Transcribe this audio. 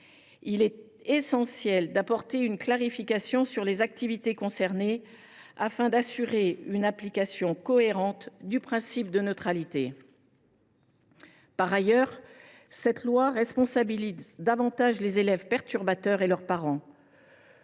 Il est essentiel d’apporter une clarification sur les activités concernées afin d’assurer une application cohérente du principe de neutralité. Par ailleurs, cette proposition de loi a pour objet de responsabiliser davantage les élèves perturbateurs et leurs parents.